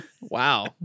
Wow